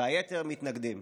והיתר מתנגדים.